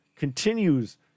continues